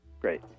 Great